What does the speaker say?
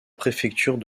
préfecture